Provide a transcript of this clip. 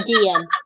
again